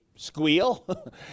Squeal